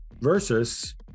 versus